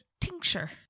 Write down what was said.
tincture